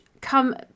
come